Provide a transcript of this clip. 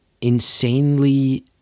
insanely